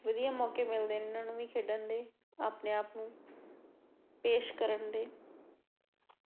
ਵਧੀਆ ਮੌਕੇ ਮਿਲਦੇ ਇਹਨਾਂ ਨੂੰ ਵੀ ਖੇਡਣ ਦੇ ਆਪਣੇ ਆਪ ਨੂੰ ਪੇਸ਼ ਕਰਨ ਦੇ